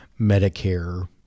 Medicare